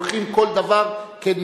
אנחנו לוקחים כל דבר כמיקרוקוסמוס,